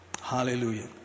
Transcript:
hallelujah